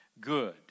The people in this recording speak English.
good